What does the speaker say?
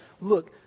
look